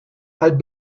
had